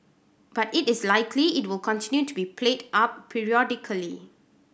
but it is likely it will continue to be played up periodically